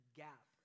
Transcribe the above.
gap